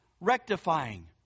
rectifying